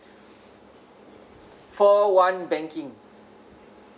four one banking